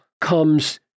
comes